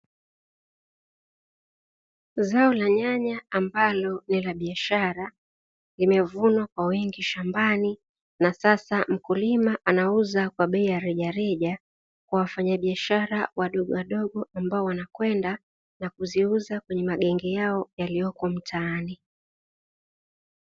Zao la nyanya ambalo ni la biashara, limevunwa kwa wingi shambani. Na sasa mkulima anauza bei ya rejareja kwa wafanyabiashara wadogo wadogo ambapo wanakwenda na kuziuza kwenye magenge yalioko mtaani.